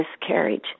miscarriage